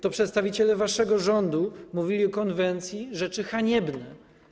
To przedstawiciele waszego rządu mówili o konwencji rzeczy haniebne.